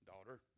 daughter